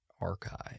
Archive